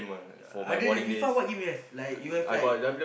other than F_I_F_A what game you have like you have like